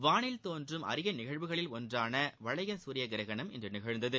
வானில் தோன்றும் அரிய நிகழ்வுகளில் ஒன்றான வளைய சூரிய கிரகணம் இன்று நிகழ்ந்தது